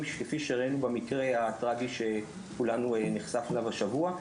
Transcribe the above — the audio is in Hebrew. כפי שראינו במקרה הטראגי שכולנו נחשפנו אליו השבוע.